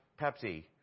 Pepsi